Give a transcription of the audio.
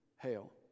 hail